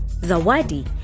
Zawadi